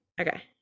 Okay